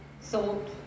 salt